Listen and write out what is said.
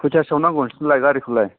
खैथासोआव नांगौ नोंसोरनोलाय गारिखौलाय